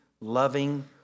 loving